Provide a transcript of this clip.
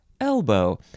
elbow